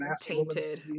tainted